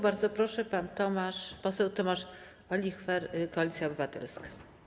Bardzo proszę, pan poseł Tomasz Olichwer, Koalicja Obywatelska.